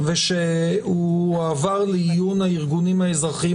התשנ"ו 1996; לעניין הסכמתו של קטין,